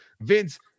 Vince